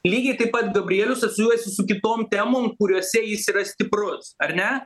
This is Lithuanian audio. lygiai taip gabrielius asocijuojasi su kitom temom kuriose jis yra stiprus ar ne